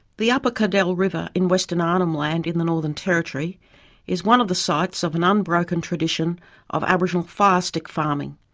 the upper cadell river in western arnhem land in the northern territory is one of the sites of an unbroken tradition of aboriginal fire stick farming.